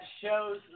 shows